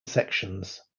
sections